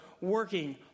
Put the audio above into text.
working